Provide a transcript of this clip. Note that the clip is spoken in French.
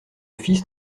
fils